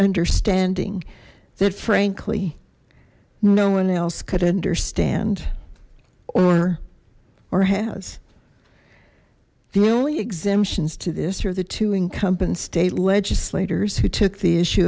understanding that frankly no one else could understand or or has the only exemptions to this are the two incumbent state legislators who took the issue